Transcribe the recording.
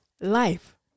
life